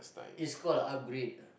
is called upgrade